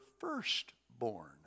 firstborn